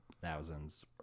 thousands